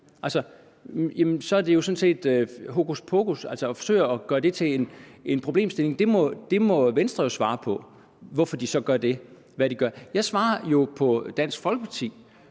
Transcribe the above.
så er det jo sådan set noget hokuspokus at forsøge at gøre det til en problemstilling for os. Venstre må jo svare på, hvorfor de så gør det, de gør. Jeg svarer på, hvad Dansk Folkepartis